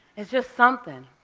it's just something.